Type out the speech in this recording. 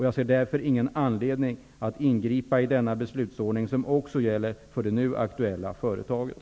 Jag ser därför ingen anledning att ingripa i denna beslutsordning, som också gäller för det nu aktuella företaget.